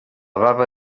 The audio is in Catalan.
baba